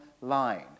line